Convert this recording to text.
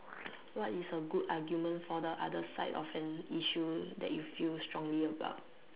what is a good argument for the other side of an issue that you feel strongly about